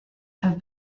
have